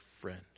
friend